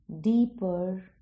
deeper